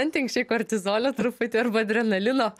antinksčiai kortizolio truputį arba adrenalino